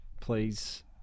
please